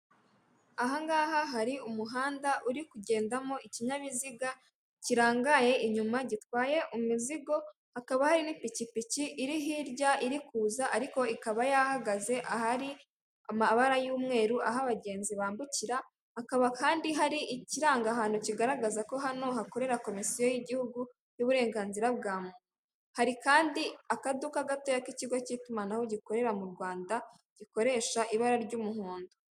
Aha ngaha hari umuhanda uri kugendamo ikinyabiziga kirangaye inyuma gitwaye umuzigo, hakaba hari n'ipikipiki iri hirya iri kuza ariko ikaba yahagaze ahari amabara y'umweru aho abagenzi bambukira, hakaba kandi hari ikirangahantu kigaragaza ko hano hakorera komisiyo y'igihugu y'uburenganzira bwa muntu, hari kandi akaduka gato k'ikigo cy'itumanaho gikorera mu Rwanda gikoresha ibara ry'umuhondo.